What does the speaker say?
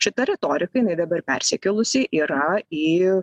šita retorika jinai dabar persikėlusi yra į